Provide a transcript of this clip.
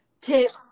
tips